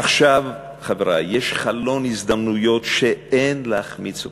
עכשיו, חברי, יש חלון הזדמנויות שאין להחמיץ אותו.